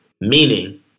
meaning